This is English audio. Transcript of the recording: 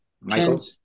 Michael